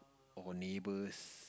or neighbors